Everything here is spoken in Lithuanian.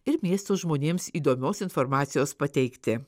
ir miesto žmonėms įdomios informacijos pateikti